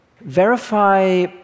Verify